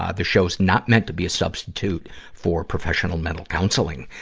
ah this show's not meant to be a substitute for professional mental counseling.